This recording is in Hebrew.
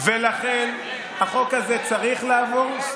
ולכן החוק הזה צריך לעבור,